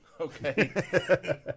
Okay